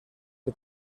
que